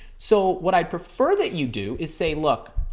so, what i prefer that you do is say, look,